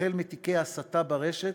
החל מתיקי הסתה ברשת,